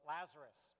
Lazarus